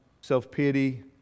self-pity